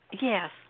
Yes